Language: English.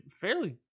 fairly